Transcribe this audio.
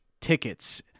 tickets